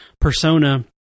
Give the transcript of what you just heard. persona